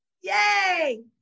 yay